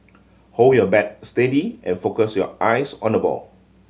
hold your bat steady and focus your eyes on the ball